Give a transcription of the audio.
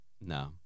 No